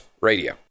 Radio